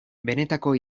benetako